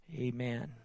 Amen